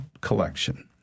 collection